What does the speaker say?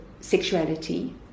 sexuality